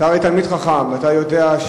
אתה הרי תלמיד חכם ואתה יודע,